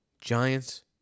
Giants